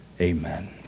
Amen